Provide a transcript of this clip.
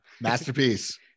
Masterpiece